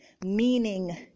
meaning